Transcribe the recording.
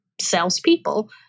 salespeople